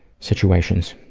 situations.